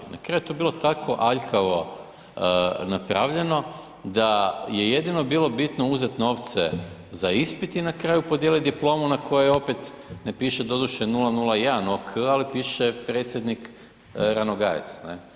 Na kraju je to bilo tako aljkavo napravljeno da je jedino bilo bitno uzeti novce za ispit i na kraju podijeliti diplomu na kojoj opet ne piše doduše 001 ... ali piše predsjednik Ranogajec.